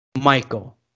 Michael